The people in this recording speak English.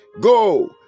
go